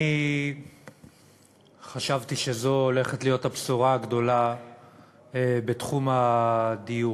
אני חשבתי שזו הולכת להיות הבשורה הגדולה בתחום הדיור,